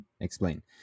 explain